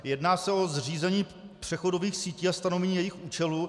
Jedná se o zřízení přechodových sítí a stanovení jejich účelu.